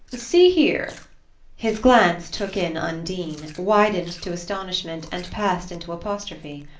see here his glance took in undine, widened to astonishment and passed into apostrophe.